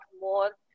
more